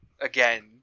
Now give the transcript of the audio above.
again